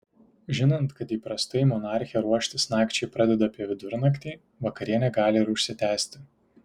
žinant kad įprastai monarchė ruoštis nakčiai pradeda apie vidurnaktį vakarienė gali ir užsitęsti